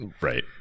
Right